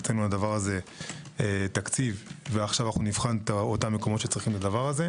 הקצינו לדבר הזה תקציב ועכשיו נבחן את המקומות שצריך לדבר הזה.